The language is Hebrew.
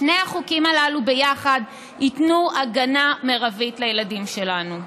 שני החוקים הללו ביחד ייתנו הגנה מרבית לילדים שלנו.